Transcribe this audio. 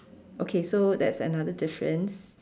okay so that's another difference